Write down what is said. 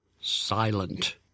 Silent